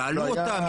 שאלו אותם,